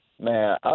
man